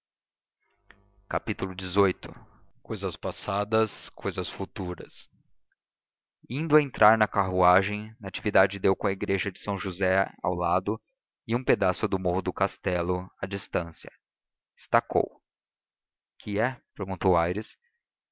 recinto cxviii cousas passadas cousas futuras indo a entrar na carruagem natividade deu com a igreja de são josé ao lado e um pedaço do morro do castelo a distância estacou que é perguntou aires